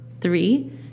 Three